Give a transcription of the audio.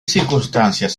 circunstancias